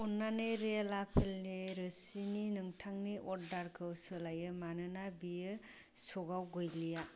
अन्नानै रियेल आपेलनि रोसिनि नोंथांनि अर्डारखौ सोलाय मानोना बेयो स्टकआव गैलिया